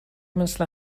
مثل